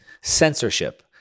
Censorship